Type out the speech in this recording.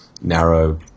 narrow